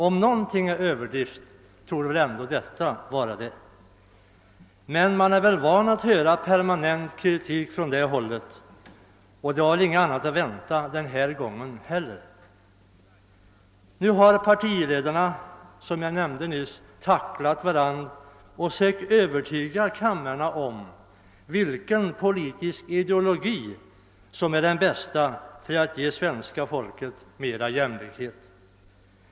Detta är om något en överdrift. Men vi är vana vid permanent kritik från sådana håll, och det var ingenting annat att vänta den här gången heller. Nu har partiledarna, som jag nyss var inne på, tacklat varandra och sökt övertyga kamrarna om vilken politisk ideologi som är den bästa när det gäller att skapa mera jämlikhet för svenska folket.